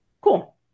Cool